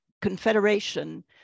Confederation